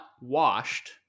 washed